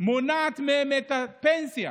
ומונעת מהן את הפנסיה.